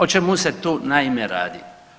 O čemu se tu naime radi?